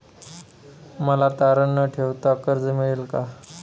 मला तारण न ठेवता कर्ज मिळेल का?